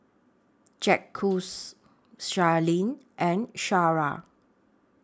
Jacquez Sherlyn and Shara